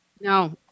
No